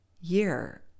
year